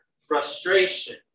frustration